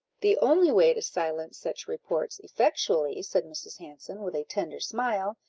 the only way to silence such reports effectually, said mrs. hanson, with a tender smile,